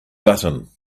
button